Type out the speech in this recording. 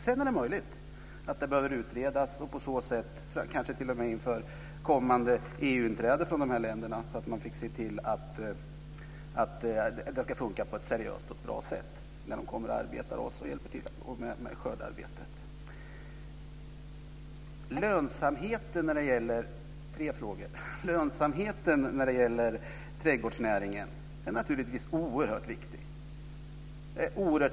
Sedan är det möjligt att det behöver utredas, kanske t.o.m. inför de här ländernas kommande EU inträde, så att vi kan se till att det kan funka på ett seriöst och bra sätt när man kommer och arbetar hos oss och hjälper till med skördearbetet. Lönsamheten när det gäller trädgårdsnäringen är naturligtvis oerhört viktig.